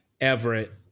Everett